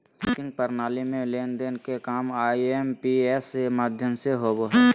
banking प्रणाली में लेन देन के काम आई.एम.पी.एस माध्यम से होबो हय